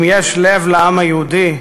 אם יש לב לעם היהודי,